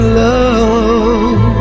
love